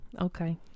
Okay